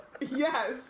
Yes